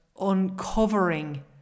uncovering